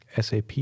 SAP